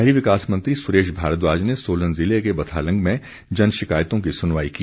शहरी विकास मंत्री सुरेश भारद्वाज ने सोलन ज़िले के बथालंग में जन शिकायतों की सुनवाई की